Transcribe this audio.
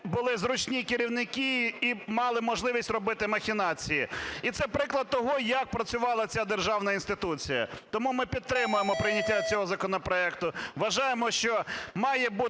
були зручні керівники і мали можливість робити махінації, і це приклад того, як працювала ця державна інституція. Тому ми підтримуємо прийняття цього законопроекту. Вважаємо, що має бути